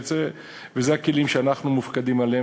ואלה הכלים שאנחנו מופקדים עליהם,